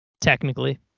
technically